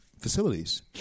facilities